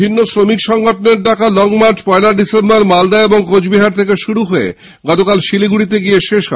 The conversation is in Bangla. বিভিন্ন শ্রমিক সংগঠনের ডাকা লং মার্চ পয়লা ডিসেম্বর মালদা এবং কোচবিহার থেকে শুরু হয়ে গতকাল শিলিগুড়িতে শেষ হয়